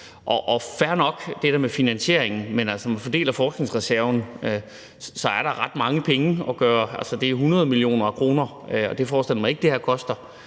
Det med finansieringen er fair nok, men når man fordeler forskningsreserven, er der ret mange penge at gøre godt med, det er 100 mio. kr., og det forestiller jeg mig ikke det her koster,